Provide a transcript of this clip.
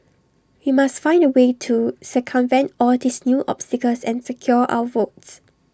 we must find A way to circumvent all these new obstacles and secure our votes